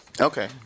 Okay